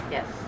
Yes